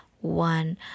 one